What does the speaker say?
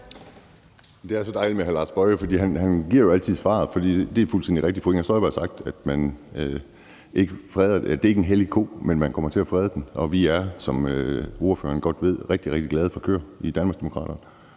Det er så dejligt med hr. Lars Boje Mathiesen, for han giver jo altid svaret selv. Det er fuldstændig rigtigt, at fru Inger Støjberg har sagt, at det ikke er en hellig ko, men at man kommer til at frede ordningen, og vi er, som ordføreren godt ved, rigtig, rigtig glade for køer i Danmarksdemokraterne.